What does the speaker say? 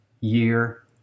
year